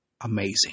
amazing